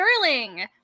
Sterling